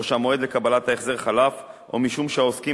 או משום שהמועד לקבלת ההחזר חלף או משום שהעוסקים